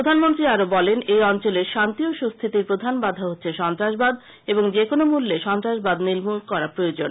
প্রধানমন্ত্রী আরও বলেন এই অঞ্চলের শান্তি ও সৃস্হিতির প্রধান বাধা হচ্ছে সন্ত্রাসবাদ এবং যেকোনও মূল্যে সন্ত্রাসবাদ নির্মল করা প্রয়োজন